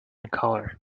colour